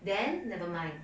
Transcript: then nevermind